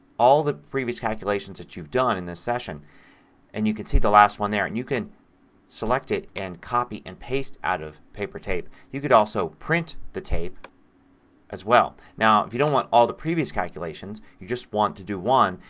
all the previous calculations that you've done in this session and you can see the last one there. and you can select it and copy and paste out of paper tape. you can also print the tape as well. now if you don't want all the previous calculations, you just want to do one,